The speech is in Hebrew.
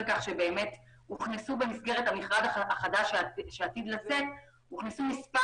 הוכנסו במסגרת המכרז החדש שעתיד לצאת מספר